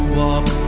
walk